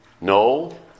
no